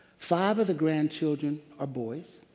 five of the grandchildren are boys.